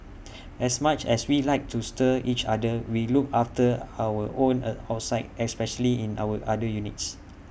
as much as we like to stir each other we look after our own A outside especially in our other units